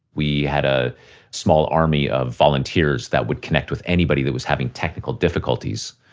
we had a small army of volunteers that would connect with anybody that was having technical difficulties.